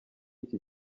iki